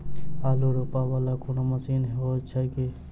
आलु रोपा वला कोनो मशीन हो छैय की?